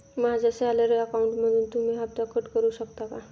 माझ्या सॅलरी अकाउंटमधून तुम्ही हफ्ता कट करू शकता का?